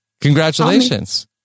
Congratulations